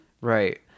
Right